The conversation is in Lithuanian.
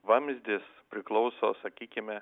vamzdis priklauso sakykime